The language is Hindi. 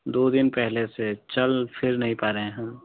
दो दिन पहले से चल फिर नहीं पा रहे हैं